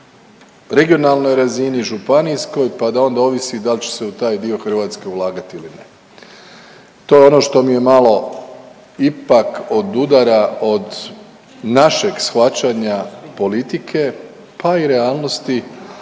na regionalnoj razini, županijskoj, pa da onda ovisi da li će se u taj dio Hrvatske ulagati ili ne. To je ono što mi malo ipak odudara od našeg shvaćanja politike pa i realnosti